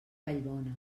vallbona